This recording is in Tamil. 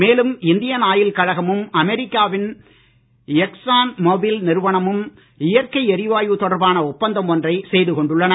மேலும் இந்தியன் ஆயில் கழகமும் அமெரிக்காவின் எக்ஸ்ஸான் மொபில் நிறுவனமும் இயற்கை எரிவாயு தொடர்பான ஒப்பந்தம் ஒன்றை செய்து கொண்டுள்ளன